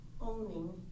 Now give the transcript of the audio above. owning